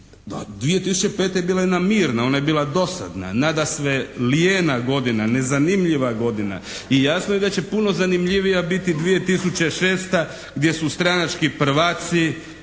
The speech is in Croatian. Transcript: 2005. je bila jedna mirna, ona je bila dosadna, nadasve lijena godina, nezanimljiva godina i jasno je da će puno zanimljivija biti 2006. gdje su stranački prvaci